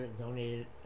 donated